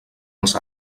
els